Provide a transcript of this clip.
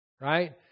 Right